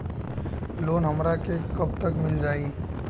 Loan हमरा के कब तक मिल जाई?